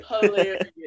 hilarious